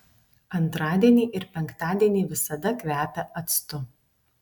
antradieniai ir penktadieniai visada kvepia actu